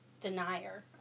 denier